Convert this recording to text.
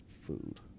food